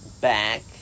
back